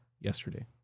yesterday